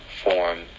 form